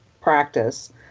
practice